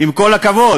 עם כל הכבוד.